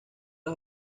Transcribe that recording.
las